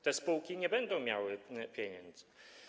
Te spółki nie będą miały pieniędzy.